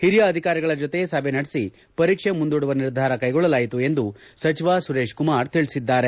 ಹಿರಿಯ ಅಧಿಕಾರಿಗಳ ಜತೆ ಸಭೆ ನಡೆಸಿ ಪರೀಕ್ಷೆ ಮುಂದೂಡುವ ನಿರ್ಧಾರ ಕೈಗೊಳ್ಳಲಾಯಿತು ಎಂದು ಸಚಿವ ಸುರೇಶ್ಕುಮಾರ್ ತಿಳಿಸಿದರು